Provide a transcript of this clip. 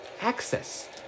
Access